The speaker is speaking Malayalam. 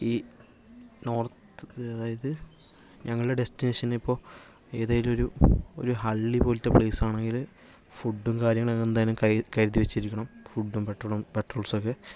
ഈ നോർത്ത് അതായത് ഞങ്ങളുടെ ഡെസ്റ്റിനേഷൻ ഇപ്പോൾ ഏതേലും ഒരു ഒരു ഹള്ളി പോലത്ത പ്ലെയിസ് ആണെങ്കില് ഫുഡും കാര്യങ്ങളും എന്തായാലും കയ്യിൽ കരുതി വച്ചിരിക്കണം ഫുഡും പെട്രോളും പെട്രോൾസുമൊക്കെ